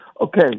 Okay